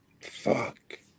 Fuck